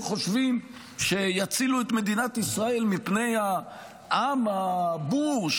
חושבים שיצילו את מדינת ישראל מפני העם הבור,